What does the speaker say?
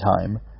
time